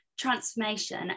transformation